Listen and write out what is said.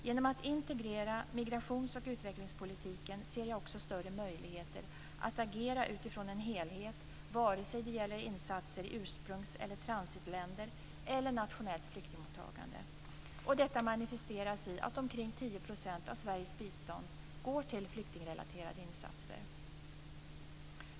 Genom att integrera migrations och utvecklingspolitiken ser jag också större möjligheter att agera utifrån en helhet, vare sig det gäller insatser i ursprungs eller transitländer eller nationellt flyktingmottagande. Detta manifesteras i att omkring 10 % av Sveriges bistånd går till flyktingrelaterade insatser.